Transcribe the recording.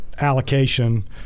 allocation